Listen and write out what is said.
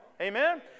amen